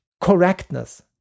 correctness